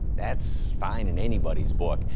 that's fine in anybody's book.